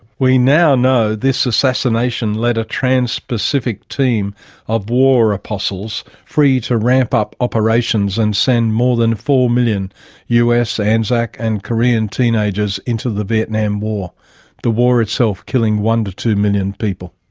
we now know this assassination let a trans-pacific team of war-apostles free to ramp up operations and send more than four million us, anzac and korean teenagers into the vietnam war the war itself killing one to two million people.